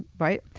right?